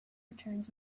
returns